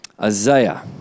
Isaiah